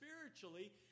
spiritually